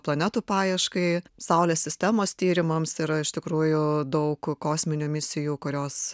planetų paieškai saulės sistemos tyrimams yra iš tikrųjų daug kosminių misijų kurios